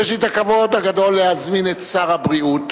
יש לי הכבוד הגדול להזמין את שר הבריאות